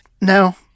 No